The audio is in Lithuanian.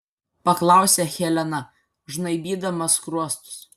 paklausė helena žnaibydama skruostus